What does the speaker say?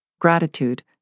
Gratitude